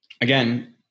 again